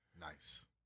Nice